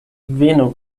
venu